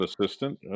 assistant